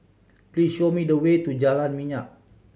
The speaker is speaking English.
please show me the way to Jalan Minyak